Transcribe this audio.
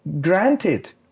granted